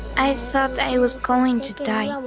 i so thought i was going to die. ah